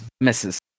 Misses